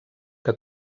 que